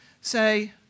say